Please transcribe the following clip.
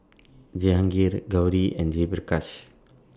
Jehangirr Gauri and Jayaprakash